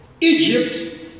Egypt